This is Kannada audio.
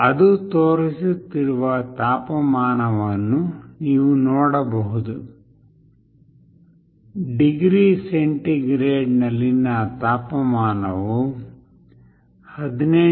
ಅದು ತೋರಿಸುತ್ತಿರುವ ತಾಪಮಾನವನ್ನು ನೀವು ನೋಡಬಹುದು ಡಿಗ್ರಿ ಸೆಂಟಿಗ್ರೇಡ್ನಲ್ಲಿನ ತಾಪಮಾನವು 18